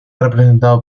representado